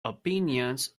opinions